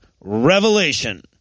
Revelation